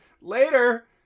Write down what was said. Later